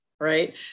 right